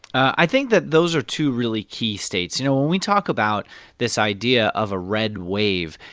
i think that those are two really key states. you know, when we talk about this idea of a red wave,